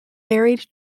married